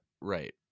right